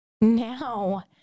now